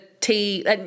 tea